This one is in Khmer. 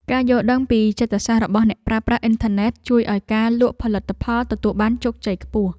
ការយល់ដឹងពីចិត្តសាស្ត្ររបស់អ្នកប្រើប្រាស់អ៊ិនធឺណិតជួយឱ្យការលក់ផលិតផលទទួលបានជោគជ័យខ្ពស់។